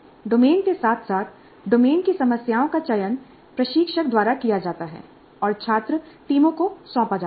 domain के साथ साथ डोमेन की समस्याओं का चयन प्रशिक्षक द्वारा किया जाता है और छात्र टीमों को सौंपा जाता है